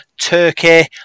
turkey